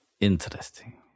Interesting